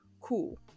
Cool